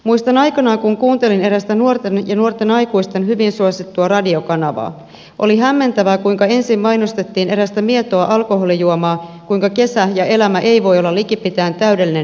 muistan kuinka aikanaan kun kuuntelin erästä nuorten ja nuorten aikuisten hyvin suosittua radiokanavaa oli hämmentävää kuinka ensin mainostettiin erästä mietoa alkoholijuomaa kuinka kesä ja elämä eivät voi olla likipitäen täydellisiä ilman sitä